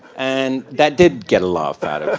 and that did get a laugh out of